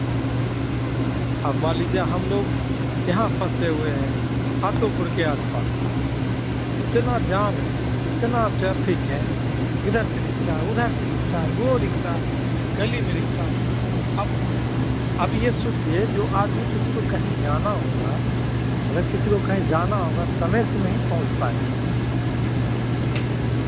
अब मान लीजिए हम लोग यहाँ फँसे हुए हैं हाथोपुर के आस पास इतना जाम है इतना ट्रैफिक है इधर से रिक्शा उधर से रिक्शा वह रिक्शा गली में रिक्शा अब अब यह सोचिए जो आदमी किसी को कहीं जाना होगा अगर किसी को कहीं जाना होगा समय से नहीं पहुँच पाएगा